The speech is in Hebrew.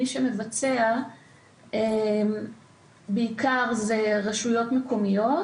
מי שמבצע זה בעיקר רשויות מקומיות